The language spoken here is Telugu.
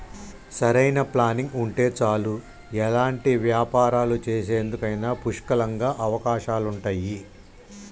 సరైన ప్లానింగ్ ఉంటే చాలు ఎలాంటి వ్యాపారాలు చేసేందుకైనా పుష్కలంగా అవకాశాలుంటయ్యి